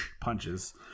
punches